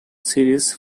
series